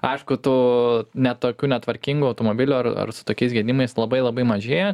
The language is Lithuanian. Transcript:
aišku tų ne tokių netvarkingų automobilių ar ar su tokiais gedimais labai labai mažėja